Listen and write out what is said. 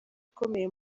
ukomeye